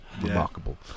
remarkable